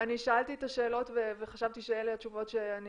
אני שאלתי את השאלות וחשבתי שאלה התשובות שאני